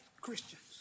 Christians